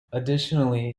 additionally